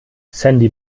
sandy